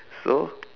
so